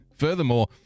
Furthermore